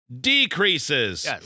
decreases